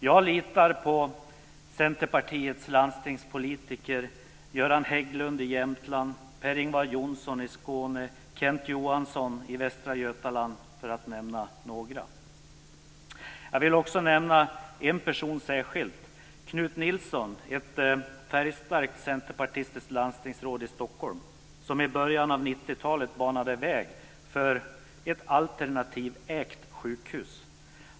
Jag litar på Centerpartiets landstingspolitiker: Skåne, Kent Johansson i Västra Götaland, för att nämna några. Jag vill också nämna en person särskilt; Knut Stockholm, som i början av 90-talet banade väg för ett alternativägt sjukhus.